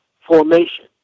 formation